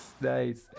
nice